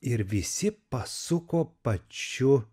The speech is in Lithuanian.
ir visi pasuko pačiu